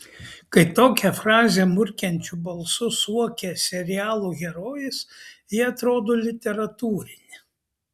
kai tokią frazę murkiančiu balsu suokia serialų herojės ji atrodo literatūrinė